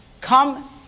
come